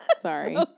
sorry